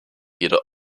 jede